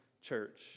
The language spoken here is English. church